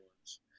ones